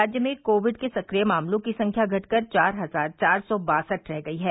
राज्य में कोविड के सक्रिय मामलों की संख्या घटकर चार हजार चार सौ बासठ रह गयी है